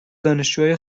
دانشجوهای